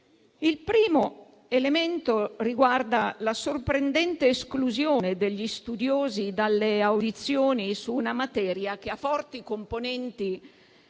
Il primo elemento riguarda la sorprendente esclusione degli studiosi dalle audizioni su una materia che ha forti componenti